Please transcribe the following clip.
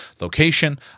location